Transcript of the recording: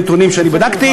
על-פי הנתונים שאני בדקתי.